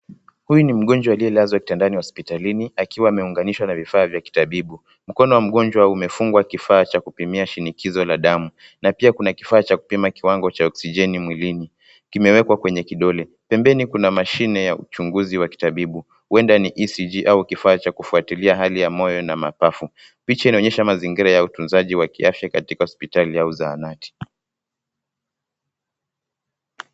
Huyu ni mgonjwa aliyelazwa kitandani hospitalini akiwa ameunganishwa na vifaa vya kitabibu. Mkono wa mgonjwa umefungwa kifaa cha kupimia shinikizo la damu, na pia kuna kifaa cha kupima kiwango cha (cs)oksijeni(cs) mwilini, kimewekwa kwenye kidole. Pembeni kuna mashine ya uchunguzi wa kitabibu, huenda ni(cs) ECG (cs)au kifaa cha kufuatilia hali ya moyo na mapafu. Picha inaonyesha mazingira ya utunzaji wa kiafya katika hospitali au zahanati.